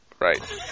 right